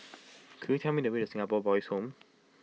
could you tell me the way the Singapore Boys' Home